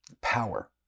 power